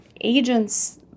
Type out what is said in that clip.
Agents